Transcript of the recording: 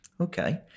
Okay